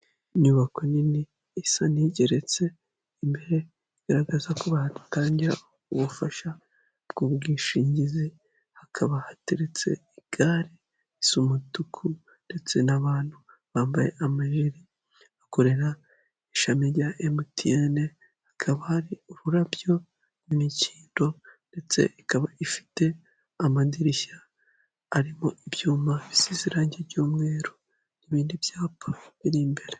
Inyubako nini isa n'igeretse, imbere igaragaza ko bahatangira ubufasha bw'ubwishingizi, hakaba hateretse igare isa umutuku ndetse n'abantu bambaye amajiri bakorera ishami rya MTN, hakaba hari ururabyo rw'imikindo ndetse ikaba ifite amadirishya arimo ibyuma bisize irange ry'umweru n'ibindi byapa biri imbere.